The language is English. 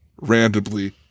randomly